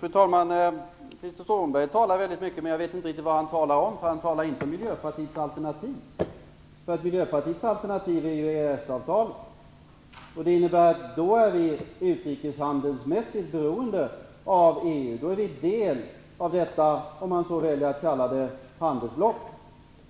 Fru talman! Krister Skånberg talar väldigt mycket. Men jag vet inte riktigt vad han talar om, för han talar inte om Miljöpartiets alternativ. Miljöpartiets alternativ är ju EES-avtalet, vilket innebär att vi utrikeshandelsmässigt är beroende av EU. Därigenom är vi en del av detta, om man så väljer att kalla det, handelsblock.